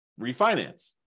refinance